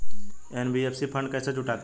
NBFC fund कैसे जुटाती है?